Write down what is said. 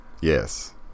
yes